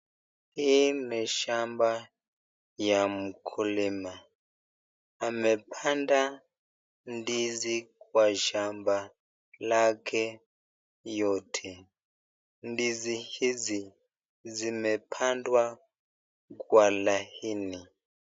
Hii ni shamba ya mkulima. Amepanda ndizi kwa shamba lake yote. Ndizi hizi zimepandwa kwa laini.